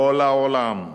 כל העולם,